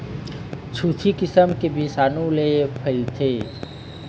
छुतही किसम के बिमारी ह बिसानु ले फइलथे